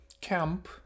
camp